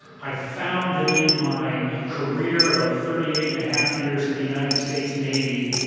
i found that in my career of thirty eight and a half years in the united states navy,